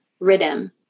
rhythm